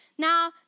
Now